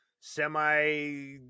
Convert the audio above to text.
semi